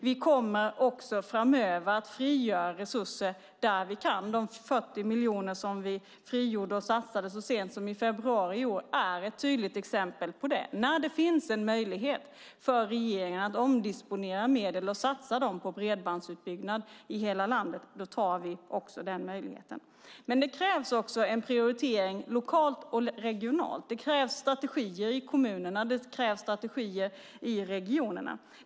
Vi kommer också framöver att frigöra resurser där vi kan. De 40 miljoner som vi frigjorde och satsade så sent som i februari i år är ett tydligt exempel på det. När det finns en möjlighet för regeringen att omdisponera medel och satsa dem på bredbandsutbyggnad i hela landet tar vi också den möjligheten. Men det krävs också en prioritering lokalt och regionalt. Det krävs strategier i kommunerna, och det krävs strategier i regionerna.